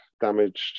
damaged